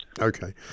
Okay